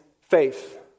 faith